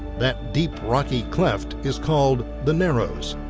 that deep rocky cleft is called the narrows.